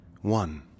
one